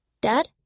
Dad